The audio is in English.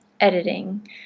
editing